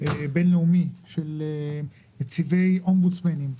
בינלאומי של נציבי אומבוצמנים,